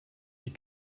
die